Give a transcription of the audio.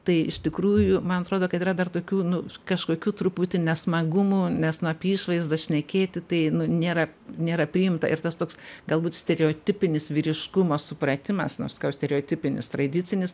tai iš tikrųjų man atrodo kad yra dar tokių nu kažkokių truputį nesmagumų nes na apie išvaizdą šnekėti tai nėra nėra priimta ir tas toks galbūt stereotipinis vyriškumo supratimas nu aš sakau stereotipinis tradicinis